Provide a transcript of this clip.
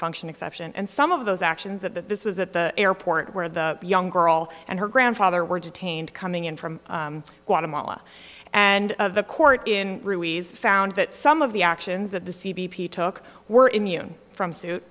function exception and some of those actions that this was at the airport where the young girl and her grandfather were detained coming in from guatemala and of the court in ruiz found that some of the actions that the c b p took were immune from suit